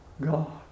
God